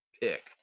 pick